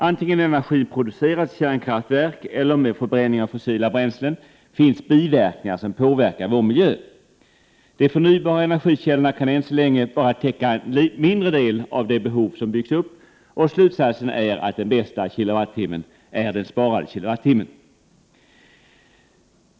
Antingen energin produceras i kärnkraftverk eller med förbränning av fossila bränslen, finns biverkningar som påverkar vår miljö. De förnybara energikällorna kan än så länge endast täcka en mindre del av det behov som byggts upp, och slutsatsen är att den bästa kilowattimmen är den sparade kilowattimmen.